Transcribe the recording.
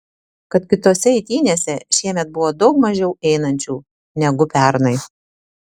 kad kitose eitynėse šiemet buvo daug mažiau einančių negu pernai